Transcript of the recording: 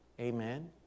Amen